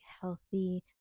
healthy